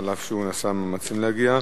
אף שהוא עשה מאמצים להגיע,